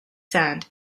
sand